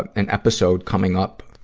but an episode coming up,